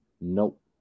nope